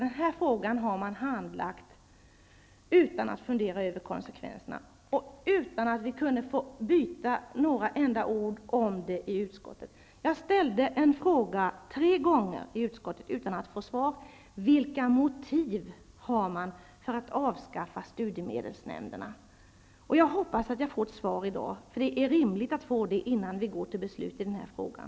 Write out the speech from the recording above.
Den här frågan har man handlagt utan att fundera över konsekvenserna och utan att vi fått byta några enda ord om detta i utskottet. Jag ställde en fråga tre gånger i utskottet utan att få svar. Den gällde vilka motiv man har för att avskaffa studiemedelsnämnderna. Jag hoppas att jag får ett svar i dag. Det vore rimligt att få det innan vi går till beslut i den här frågan.